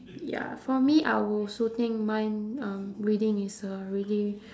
ya for me I will also think mind um reading is a really